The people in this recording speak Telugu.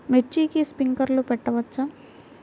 మిర్చికి స్ప్రింక్లర్లు పెట్టవచ్చా?